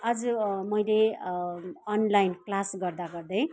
आज मैले online class गर्दा गर्दै